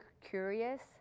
curious